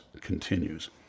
continues